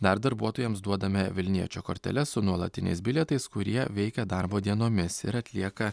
dar darbuotojams duodame vilniečio korteles su nuolatiniais bilietais kurie veikia darbo dienomis ir atlieka